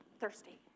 thirsty